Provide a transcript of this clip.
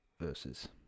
verses